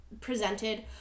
presented